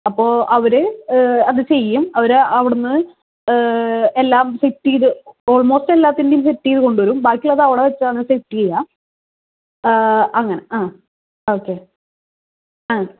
അപ്പോൾ അവര് അത് ചെയ്യും അവര് അവിടുന്ന് എല്ലാം ഫിക്സ് ചെയ്ത് ആൾമോസ്റ്റ് എല്ലാത്തിൻറ്റെയും സെറ്റ് ചെയ്ത് കൊണ്ടുവരും ബാക്കിയുള്ളത് അവിടെ വെച്ചാണ് സെറ്റ് ചെയ്യുക അങ്ങനെ ഒക്കുമോ